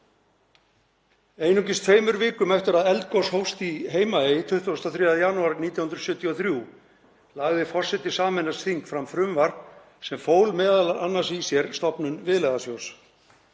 Einungis tveimur vikum eftir að eldgos hófst í Heimaey, 23. janúar 1973, lagði forseti sameinaðs þings fram frumvarp sem fól meðal annars í sér stofnun Viðlagasjóðs.